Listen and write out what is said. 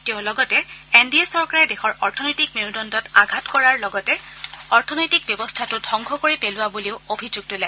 তেওঁ লগতে N D A চৰকাৰে দেশৰ অৰ্থনৈতিক মেৰুদণ্ডত আঘাত কৰাৰ লগতে অৰ্থনৈতিক ব্যৱস্থাটোধ্ববংস কৰি পেলোৱা বুলিও অভিযোগ তোলে